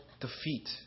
defeat